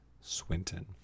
Swinton